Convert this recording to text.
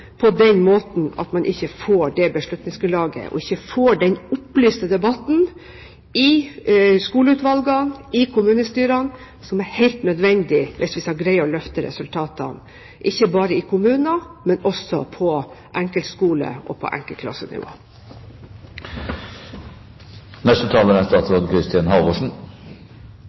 på den måten at man ikke får det beslutningsgrunnlaget og den opplyste debatten i skoleutvalgene og i kommunestyrene som er helt nødvendig hvis vi skal klare å løfte resultatene, ikke bare i kommuner, men også på enkeltskoler og på klassenivå. Jeg har lyst til å starte med at selvsagt er